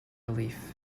relief